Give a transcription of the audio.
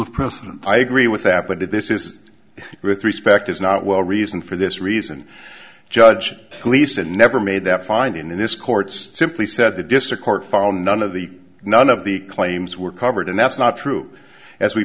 of precedent i agree with that but if this is with respect is not well reason for this reason judge gleason never made that finding this court's simply said the district court found none of the none of the claims were covered and that's not true as we